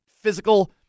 physical